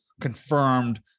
confirmed